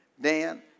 Dan